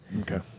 Okay